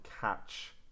catch